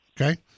okay